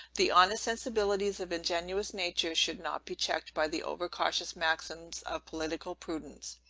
the honest sensibilities of ingenuous nature should not be checked by the over-cautious maxims of political prudence.